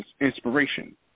inspiration